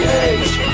age